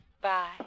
Bye